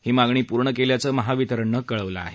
ही मागणी पूर्ण केल्याचं महावितरणनं कळवलं आहे